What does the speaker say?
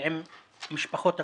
ועם משפחות הקורבנות.